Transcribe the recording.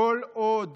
כל עוד